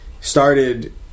started